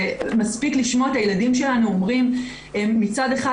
מספיק לשמוע את הילדים שלנו אומרים מצד אחד,